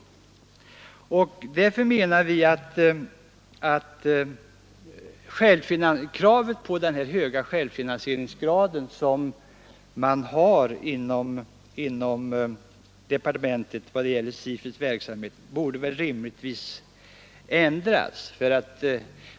Mot denna bakgrund menar vi att de krav på en så här hög självfinansieringsgrad när det gäller SIFU:s verksamhet som departementet har borde rimligtvis ändras.